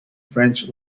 french